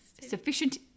Sufficient